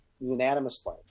unanimously